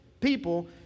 people